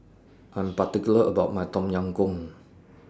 I'm particular about My Tom Yam Goong